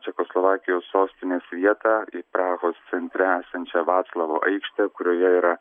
čekoslovakijos sostinės vietą į prahos centre esančią vaclovo aikštę kurioje yra